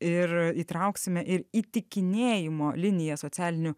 ir įtrauksime ir įtikinėjimo liniją socialinių